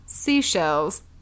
Seashells